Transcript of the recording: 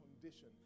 condition